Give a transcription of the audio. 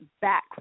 back